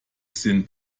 sind